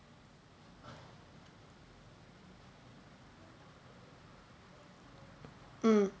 என்:en